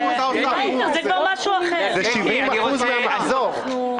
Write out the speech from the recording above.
זה 70% מן המחזור.